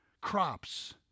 crops